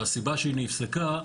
והסיבה שהיא נפסקה,